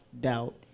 doubt